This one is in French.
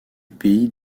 pays